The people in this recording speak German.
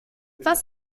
was